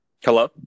Hello